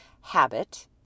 habit